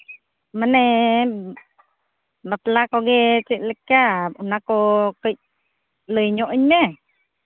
ᱢᱟᱱᱮ ᱵᱟᱯᱞᱟ ᱠᱚᱜᱮ ᱪᱮᱫ ᱞᱮᱠᱟ ᱚᱱᱟ ᱠᱚ ᱠᱟᱹᱡ ᱞᱟᱹᱭ ᱧᱚᱜ ᱟᱹᱧ ᱢᱮ